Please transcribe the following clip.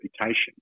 reputation